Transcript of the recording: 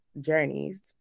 journeys